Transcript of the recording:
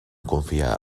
confiar